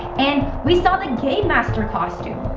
and we saw the game master costume.